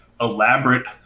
elaborate